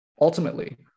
ultimately